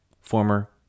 Former